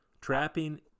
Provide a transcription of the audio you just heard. trapping